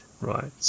right